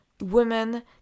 women